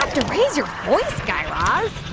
to raise your voice, guy raz.